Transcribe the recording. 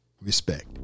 Respect